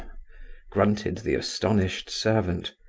grunted the astonished servant.